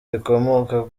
rikomoka